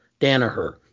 Danaher